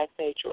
nature